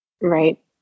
Right